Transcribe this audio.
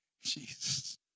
Jesus